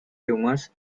tumors